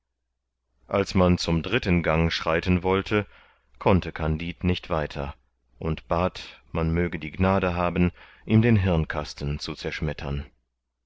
als man zum dritten gang schreiten wollte konnte kandid nicht weiter und bat man möge die gnade haben ihm den hirnkasten zu zerschmettern